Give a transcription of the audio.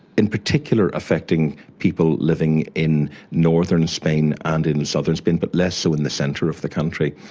in particular affecting people living in northern spain and in southern spain, but less so in the centre of the country.